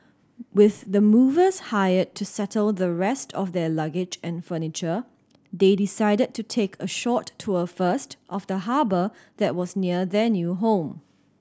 with the movers hired to settle the rest of their luggage and furniture they decided to take a short tour first of the harbour that was near their new home